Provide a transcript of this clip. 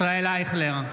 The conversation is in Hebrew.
(קורא בשמות חברי הכנסת) ישראל אייכלר,